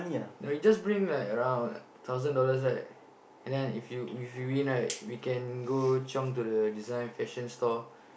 no you just bring like around thousand dollars right and then if you if we win right we can go chiong to the design fashion store